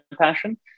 passion